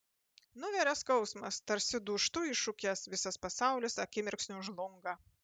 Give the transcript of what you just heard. nuveria skausmas tarsi dūžtu į šukes visas pasaulis akimirksniu žlunga